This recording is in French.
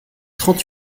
trente